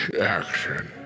action